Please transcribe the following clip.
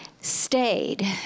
stayed